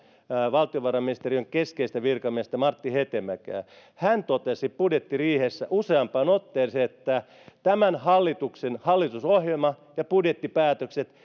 valtiovarainministeriön keskeistä virkamiestä martti hetemäkeä hän totesi budjettiriihessä useampaan otteeseen että tämän hallituksen hallitusohjelma ja budjettipäätökset